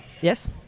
Yes